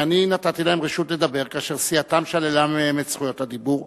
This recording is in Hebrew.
שאני נתתי להם רשות לדבר כאשר סיעתם שללה מהם את זכויות הדיבור.